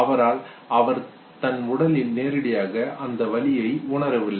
அதாவது அவர் தன் உடலில் நேரடியாக அந்த வலியை உணரவில்லை